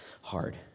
hard